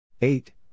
Eight